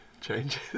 changes